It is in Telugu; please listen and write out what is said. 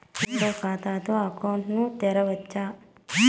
జీరో ఖాతా తో అకౌంట్ ను తెరవచ్చా?